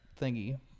thingy